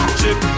chip